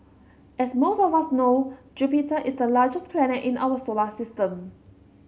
as most of us know Jupiter is the largest planet in our solar system